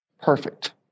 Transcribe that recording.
perfect